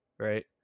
right